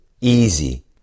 easy